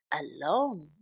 alone